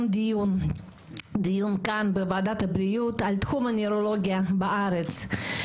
דיון כאן בוועדת הבריאות על תחום הנוירולוגיה בארץ.